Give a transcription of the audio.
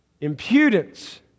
impudence